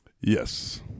Yes